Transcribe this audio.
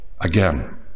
again